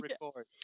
record